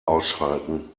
ausschalten